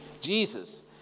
Jesus